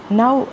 now